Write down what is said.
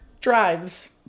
drives